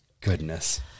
goodness